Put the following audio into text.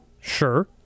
Sure